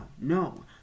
No